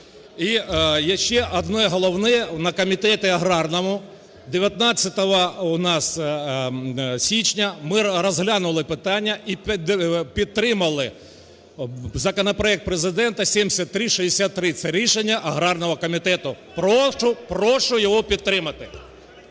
є ще одне головне. На комітеті аграрному 19 у нас січня ми розглянули питання і підтримали законопроект Президента 7363. Це рішення аграрного комітету. Прошу, прошу його підтримати.